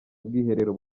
ubwiherero